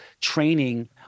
training